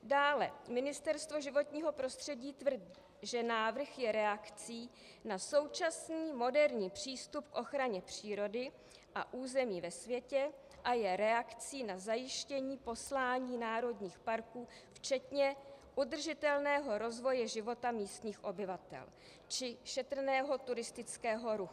Dále Ministerstvo životního prostředí tvrdí, že návrh je reakcí na současný moderní přístup k ochraně přírody a území ve světě a je reakcí na zajištění poslání národních parků včetně udržitelného rozvoje života místních obyvatel či šetrného turistického ruchu.